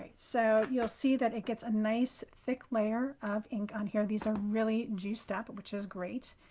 ah so you'll see that it gets a nice thick layer of ink on here. these are really juiced up, which is great.